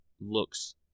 looks